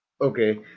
Okay